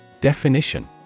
Definition